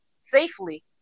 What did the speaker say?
safely